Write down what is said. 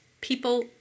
people